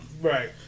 Right